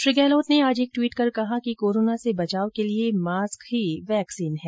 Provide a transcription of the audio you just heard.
श्री गहलोत ने आज एक ट्वीट कर कहा कि कोरोना से बचाव के लिए मास्क ही वैक्सीन है